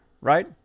right